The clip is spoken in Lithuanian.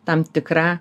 tam tikrą